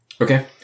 Okay